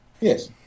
Yes